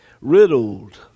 Riddled